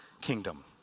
kingdom